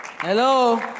Hello